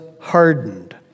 hardened